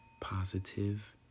Positive